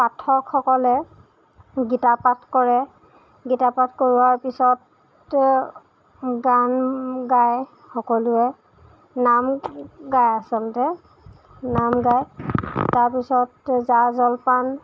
পাঠকসকলে গীতাপাঠ কৰে গীতাপাঠ কৰোৱাৰ পিছত তে গান গায় সকলোৱে নাম গায় আচলতে নাম গায় তাৰপিছত জা জলপান